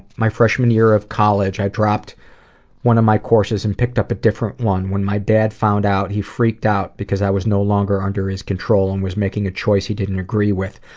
my freshman year of college, i dropped one of my courses and picked up a different one. when my dad found out, he freaked out because i was no longer under his control, and was making a choice he didn't agree with.